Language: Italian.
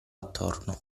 attorno